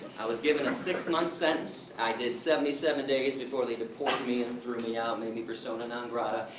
i was given a six-month sentence, i did seventy seven days before they deport me and and threw me out and made me persona non grata.